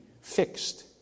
fixed